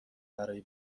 برای